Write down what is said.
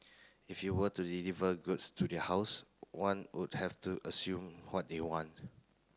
if you were to deliver goods to their house one would have to assume what they want